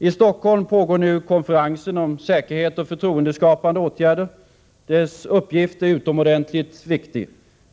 I Stockholm pågår nu konferensen om förtroendeoch säkerhetsskapande åtgärder. Dess uppgift är utomordentligt viktig.